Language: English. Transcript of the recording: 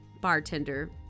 Bartender